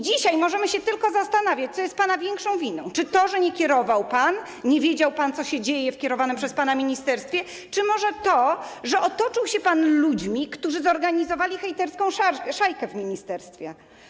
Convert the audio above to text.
Dzisiaj możemy się tylko zastanawiać, co jest pana większa winą: Czy to, że nie wiedział pan, co się dzieje w kierowanym przez pana ministerstwie, czy może to, że otoczył się pan ludźmi, którzy zorganizowali hejterską szajkę w ministerstwie?